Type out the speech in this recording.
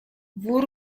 wór